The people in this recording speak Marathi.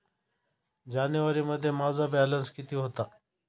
जानेवारीमध्ये माझा बॅलन्स किती होता?